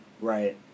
right